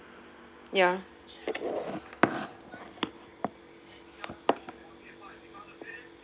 ya